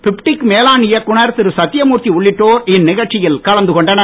பிப்டிக் மேலாண் இயக்குனர் திரு சத்தியமூர்த்தி உள்ளிட்டோர் இந்நிகழ்ச்சியில் கலந்து கொண்டனர்